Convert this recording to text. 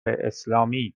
اسلامی